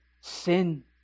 sin